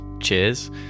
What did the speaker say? cheers